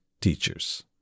teachers